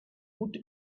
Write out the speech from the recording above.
woot